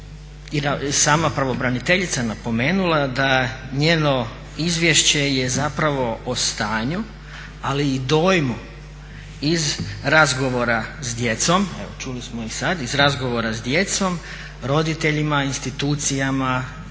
sama pravobraniteljica napomenula da je njeno izvješće je o stanju ali i dojmu iz razgovora s djecom, čuli smo i sad,